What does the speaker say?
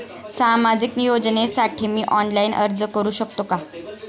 सामाजिक योजनेसाठी मी ऑनलाइन अर्ज करू शकतो का?